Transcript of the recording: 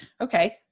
Okay